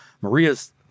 Maria's